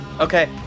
Okay